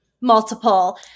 multiple